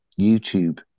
YouTube